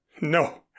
No